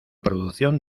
producción